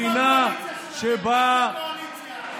בדיוק כמו הקואליציה שלכם.